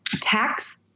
tax